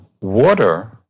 Water